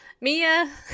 Mia